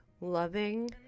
loving